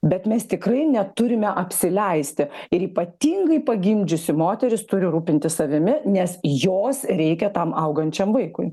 bet mes tikrai neturime apsileisti ir ypatingai pagimdžiusi moteris turi rūpintis savimi nes jos reikia tam augančiam vaikui